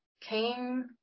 came